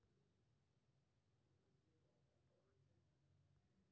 अय मे गरीब लोक कें रोजगार आ आमदनी बढ़ाबै लेल केंद्र सरकार अवसर प्रदान करै छै